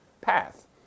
path